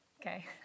okay